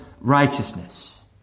righteousness